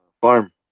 farm